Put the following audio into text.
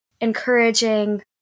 encouraging